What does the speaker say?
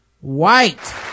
white